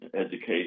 education